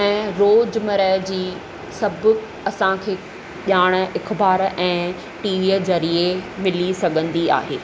ऐं रोज़ु मरह जी सभु असांखे ॼाण इखबार ऐं टीवीअ ज़रीए मिली सघंदी आहे